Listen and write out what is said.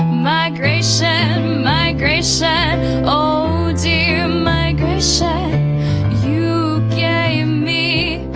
migration, migration oh dear migration you gave me